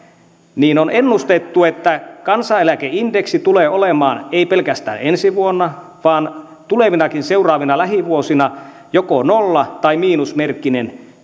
niin on ennustettu että kansaneläkeindeksi tulee olemaan ei pelkästään ensi vuonna vaan tulevinakin seuraavina lähivuosina joko nolla tai miinusmerkkinen